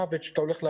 אם המימוש יקרה,